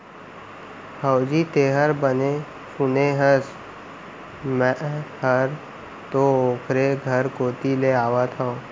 हवजी, तैंहर बने सुने हस, मैं हर तो ओकरे घर कोती ले आवत हँव